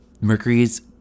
Mercury's